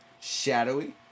Shadowy